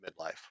midlife